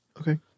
Okay